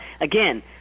again